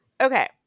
Okay